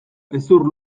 hezur